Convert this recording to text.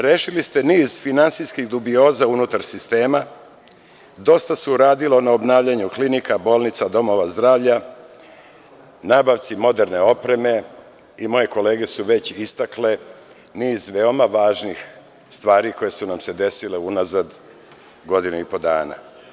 Rešili ste niz finansijskih dubioza unutar sistema, dosta se uradilo na obnavljanju klinika, bolnica, domova zdravlja, nabavci moderne opreme i moje kolege su već istakle niz veoma važnih stvari koje su nam se desile unazad godinu i po dana.